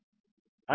అందువలన dab1 10